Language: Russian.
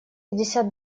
пятьдесят